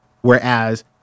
Whereas